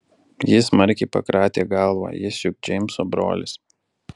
ji smarkiai pakratė galvą jis juk džeimso brolis